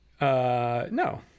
No